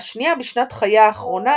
והשנייה בשנת חייה האחרונה,